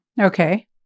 Okay